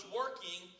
working